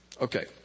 Okay